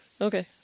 Okay